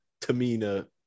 Tamina